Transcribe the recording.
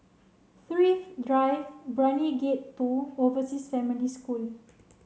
Thrift Drive Brani Gate two Overseas Family School